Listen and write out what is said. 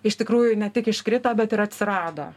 iš tikrųjų ne tik iškrito bet ir atsirado